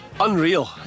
Unreal